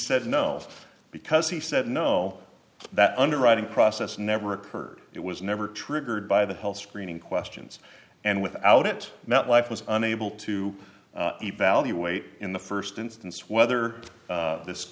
said no because he said no that underwriting process never occurred it was never triggered by the health screening questions and without it met life was unable to evaluate in the st instance whether this